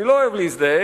אני לא אוהב להזדעק,